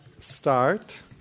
start